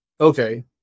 okay